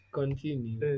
continue